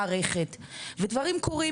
כמו בכל מערכת ודברים קורים,